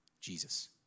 Jesus